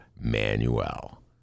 Manuel